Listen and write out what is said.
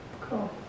Cool